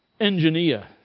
engineer